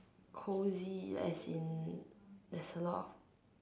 cozy as in it's a lot